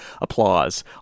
applause